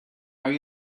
are